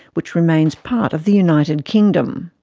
which remains part of the united kingdom.